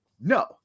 No